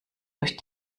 durch